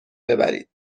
ببرید